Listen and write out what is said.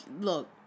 look